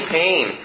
pain